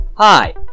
Hi